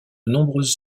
nombreuses